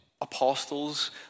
apostles